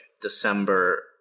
December